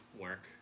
work